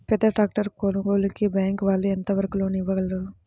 పెద్ద ట్రాక్టర్ కొనుగోలుకి బ్యాంకు వాళ్ళు ఎంత వరకు లోన్ ఇవ్వగలరు?